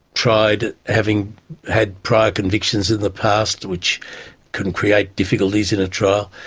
tried having had prior convictions in the past which can create difficulties in a trial.